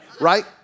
Right